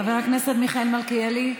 חבר הכנסת מיכאל מלכיאלי,